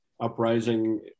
uprising